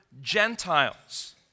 Gentiles